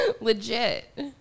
legit